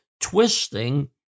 twisting